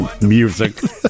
music